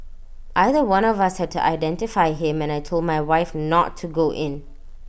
either one of us had to identify him and I Told my wife not to go in